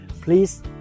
Please